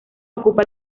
ocupa